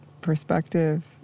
perspective